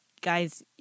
Guys